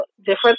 different